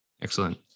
Excellent